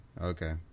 Okay